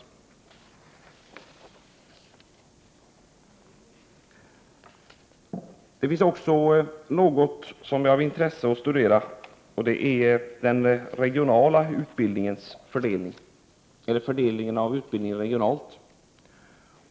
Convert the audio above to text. Något som också är av intresse att studera är utbildningens fördelning regionalt.